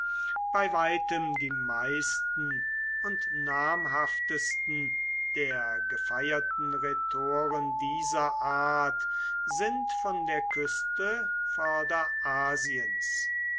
bei weitem die meisten und namhaftesten der gefeierten rhetoren dieser art sind von der küste